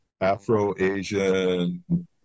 Afro-Asian